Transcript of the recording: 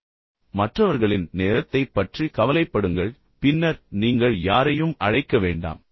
எனவே மற்றவர்களின் நேரத்தைப் பற்றி கவலைப்படுங்கள் பின்னர் நீங்கள் யாரையும் அழைக்க வேண்டாம்